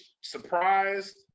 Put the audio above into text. surprised